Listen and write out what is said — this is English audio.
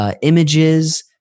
images